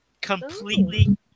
completely